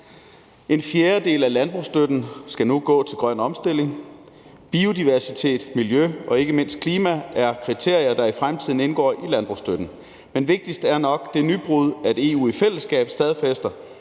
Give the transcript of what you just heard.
En fjerdedel af landbrugsstøtten skal nu gå til grøn omstilling. Biodiversitet, miljø og ikke mindst klima er kriterier, der i fremtiden indgår i landbrugsstøtten. Men vigtigst er nok det nybrud, at EU i fællesskab stadfæster,